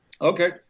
Okay